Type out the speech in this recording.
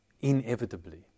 inevitably